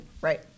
Right